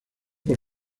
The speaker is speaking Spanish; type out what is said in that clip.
por